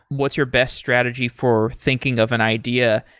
what's your best strategy for thinking of an idea?